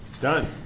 Done